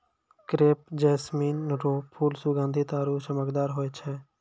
crepe jasmine रो फूल सुगंधीत आरु चमकदार होय छै